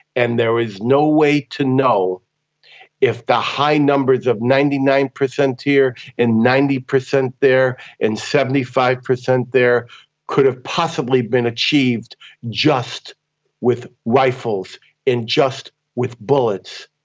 and there is no way to know if the high numbers of ninety nine percent here and ninety percent there, and seventy five percent there could have possibly been achieved just with rifles and just with bullets.